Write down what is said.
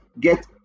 get